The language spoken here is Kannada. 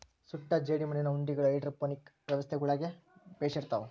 ಸುಟ್ಟ ಜೇಡಿಮಣ್ಣಿನ ಉಂಡಿಗಳು ಹೈಡ್ರೋಪೋನಿಕ್ ವ್ಯವಸ್ಥೆಗುಳ್ಗೆ ಬೆಶಿರ್ತವ